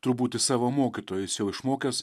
turbūt iš savo mokytojo jis jau išmokęs